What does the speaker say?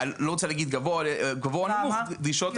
לא רוצה להגיד גבוה-נמוך, דרישות --- למה?